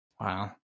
Wow